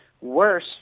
worse